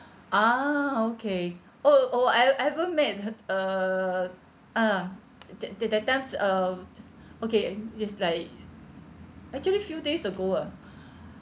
ah okay oh oh I've ever met err um that that that times uh okay is like actually few days ago ah